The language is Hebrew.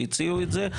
שהציעו את זה,